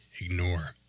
ignore